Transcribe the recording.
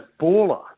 baller